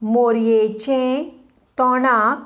मोरयेचें तोंडाक